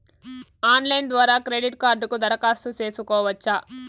Online ద్వారా credit కార్డుకు దరఖాస్తు సేసుకోవచ్చా?